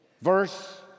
Verse